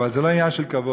אבל זה לא עניין של כבוד,